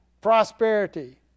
prosperity